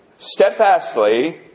steadfastly